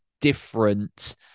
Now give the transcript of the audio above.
different